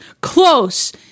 Close